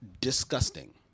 disgusting